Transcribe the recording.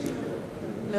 בבקשה.